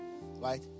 right